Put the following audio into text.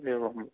एवं